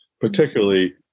particularly